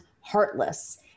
heartless